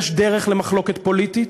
יש דרך למחלוקת פוליטית.